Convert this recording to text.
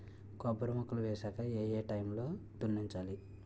కొబ్బరి మొక్కలు వేసాక ఏ ఏ టైమ్ లో దున్నించాలి?